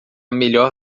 melhor